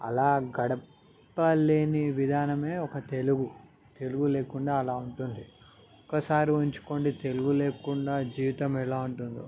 అలా గడపలేని విధానమే ఒక తెలుగు తెలుగు లేకుండా అలా ఉంటుంది ఒకసారి ఊహించుకోండి తెలుగు లేకుండా జీవితం ఎలా ఉంటుందో